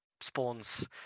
spawns